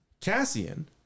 Cassian